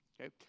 okay